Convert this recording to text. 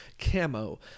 camo